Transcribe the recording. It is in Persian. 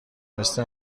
مثل